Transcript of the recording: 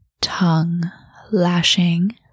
tongue-lashing